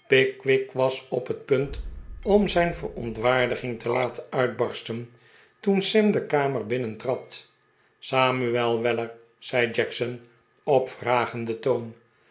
was op het punt om zijn verontwaardiging te laten uitbarsten toen sam de kamer binnentrad m samuel weller zei jackson op vradenden toon